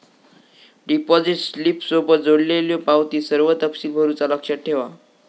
deposit स्लिपसोबत जोडलेल्यो पावतीत सर्व तपशील भरुचा लक्षात ठेवा